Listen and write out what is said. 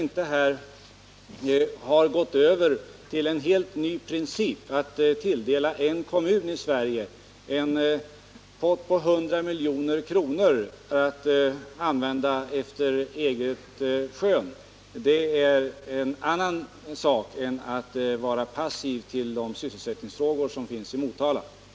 Däremot har jag inte velat tillämpa den helt nya principen att tilldela en kommun i Sverige en pott på 100 milj.kr. att använda efter eget skön. Detta är förvisso icke passivitet vad gäller sysselsättningsproblemen i Motala.